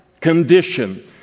condition